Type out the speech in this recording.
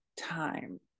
time